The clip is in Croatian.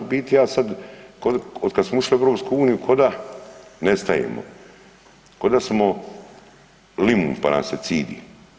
U biti ja sad od kad smo ušli u EU ko da nestajemo, ko da smo limun pa nas se cidi.